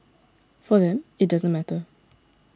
for them it doesn't matter